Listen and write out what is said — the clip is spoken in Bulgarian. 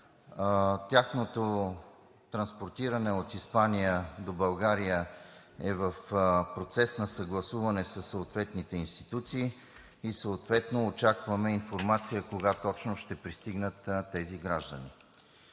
Тяхното транспортиране от Испания до България е в процес на съгласуване със съответните институции и съответно очакваме информация кога точно ще пристигнат тези граждани.